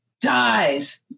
dies